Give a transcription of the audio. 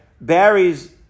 Barry's